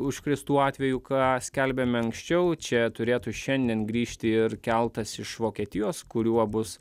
užkrėstų atvejų ką skelbėme anksčiau čia turėtų šiandien grįžti ir keltas iš vokietijos kuriuo bus